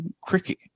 Cricket